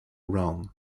rome